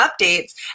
updates